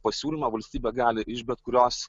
pasiūlymą valstybė gali iš bet kurios